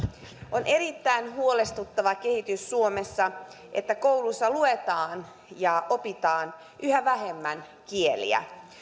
on erittäin huolestuttava kehitys suomessa se että kouluissa luetaan ja opitaan yhä vähemmän kieliä